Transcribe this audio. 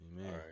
Amen